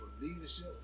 leadership